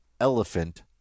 elephant